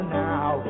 now